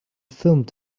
filmed